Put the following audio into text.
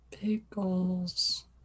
Pickles